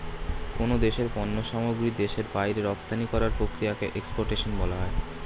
কোন দেশের পণ্য সামগ্রী দেশের বাইরে রপ্তানি করার প্রক্রিয়াকে এক্সপোর্টেশন বলা হয়